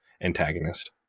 antagonist